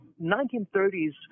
1930s